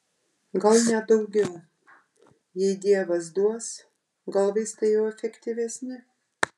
gal net daugiau jei dievas duos gal vaistai jau efektyvesni